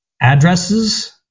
addresses